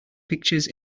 pictures